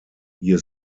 hier